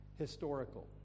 historical